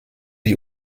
die